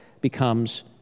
becomes